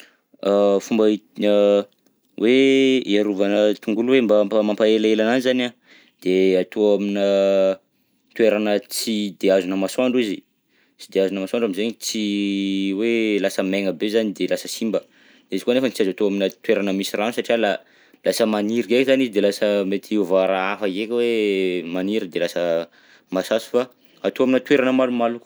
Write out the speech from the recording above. Fomba ia- hoe iarovagna tongolo hoe mba mba mampaelaela ananjy zany an, de atao aminà toerana tsy de azona masoandro izy, tsy de azona masoandro am'zegny tsy hoe lasa maigna be zany de lasa simba, izy koa anefany sy azo atao aminà toerana misy rano satria la- lasa maniry ndray zany izy de lasa mety hiova hafa ndreky hoe maniry de lasa masaso fa atao aminà toerana malomaloka.